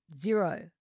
zero